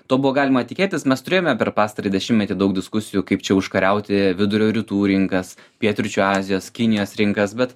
to buvo galima tikėtis mes turėjome per pastarąjį dešimtmetį daug diskusijų kaip čia užkariauti vidurio rytų rinkas pietryčių azijos kinijos rinkas bet